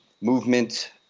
movement